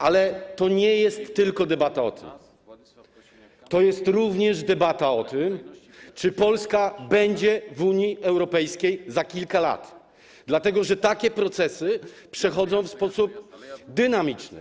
Ale to nie jest tylko debata o tym, to jest również debata o tym, czy Polska będzie w Unii Europejskiej za kilka lat, dlatego że takie procesy przechodzą w sposób dynamiczny.